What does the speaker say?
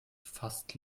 fast